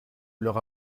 leur